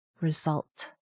result